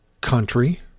country